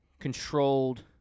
controlled